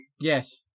Yes